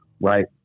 Right